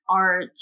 art